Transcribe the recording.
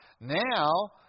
now